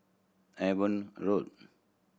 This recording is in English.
Avon Road